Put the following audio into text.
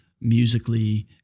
musically